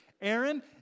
Aaron